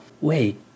Wait